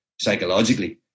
psychologically